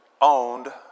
owned